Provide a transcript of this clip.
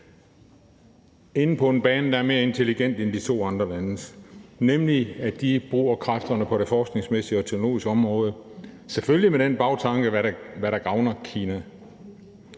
inde på en bane, der er mere intelligent end de to andre landes. De bruger nemlig kræfterne på det forskningsmæssige og teknologiske område, selvfølgelig med den bagtanke, at det skal gavne Kina.